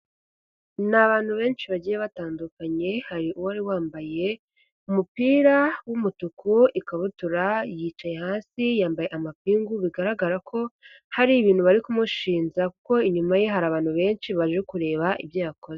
Ni abantu benshi bagiye batandukanye, hari uwari wambaye umupira w'umutuku, ikabutura, yicaye hasi yambaye amapingu, bigaragara ko hari ibintu bari kumushinja kuko inyuma ye hari abantu benshi baje kureba ibyo yakoze.